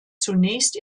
zunächst